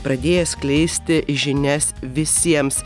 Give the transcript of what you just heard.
pradėję skleisti žinias visiems